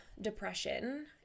depression